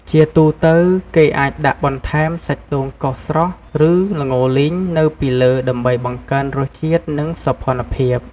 ជាទូទៅ គេអាចដាក់បន្ថែម សាច់ដូងកោសស្រស់ ឬ ល្ងលីង នៅពីលើដើម្បីបង្កើនរសជាតិ និងសោភ័ណភាព។